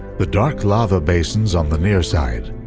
the dark lava basins on the near side,